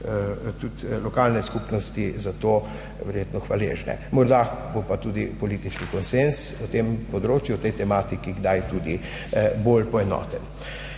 tudi lokalne skupnosti za to hvaležne. Morda bo pa tudi politični konsenz na tem področju o tej tematiki kdaj tudi bolj poenoten.